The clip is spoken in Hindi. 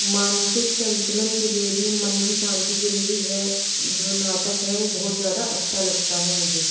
मानसिक संतुलन के लिए भी मन की शांति के लिए भी वह जो नाटक है वो बहुत ज़्यादा अच्छा लगता है मुझे